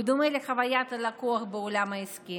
בדומה לחוויית הלקוח בעולם העסקי.